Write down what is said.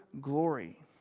glory